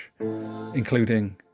including